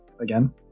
again